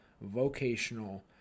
vocational